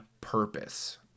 purpose